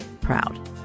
proud